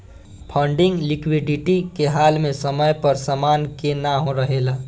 funding liquidity के हाल में समय पर समान के ना रेहला